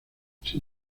sin